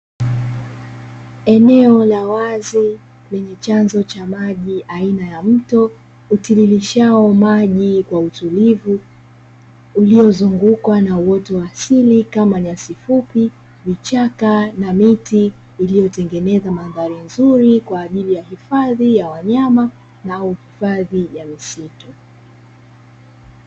Eneo la wazi lenye chanzo cha maji aina ya mto utiririshao maji kwa utulivu, uliozungukwa na uoto wa asili kama: nyasi fupi, vichaka na miti iliyotengeneza mandhari nzuri, kwa ajili ya hifadhi ya wanyama au hifadhi ya misitu.